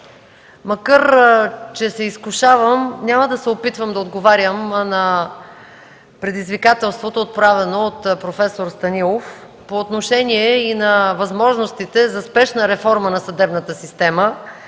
Макар че се изкушавам, няма да се опитвам да отговарям на предизвикателството, отправено от проф. Станилов по отношение и на възможностите за спешна реформа на съдебната система,